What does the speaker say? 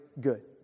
good